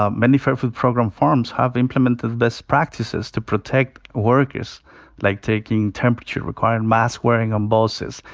ah many fair food program farms have implemented best practices to protect workers, like taking temperature, requiring mask wearing on buses,